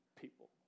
people